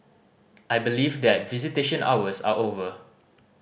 I believe that visitation hours are over